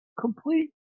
complete